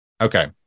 okay